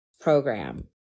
program